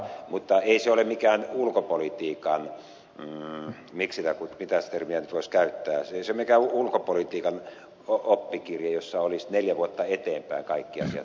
mutta ei se mikään ulkopolitiikan mitä termiä nyt voisi käyttää oppikirja ole jossa olisi neljä vuotta eteenpäin kaikki asiat sanottu